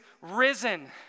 risen